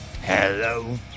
Hello